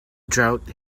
drought